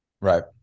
Right